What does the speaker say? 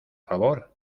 favor